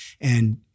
And-